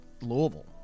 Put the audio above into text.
Louisville